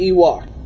Ewok